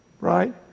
Right